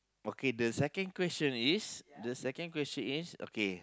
okay the second question is the second question is okay